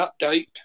update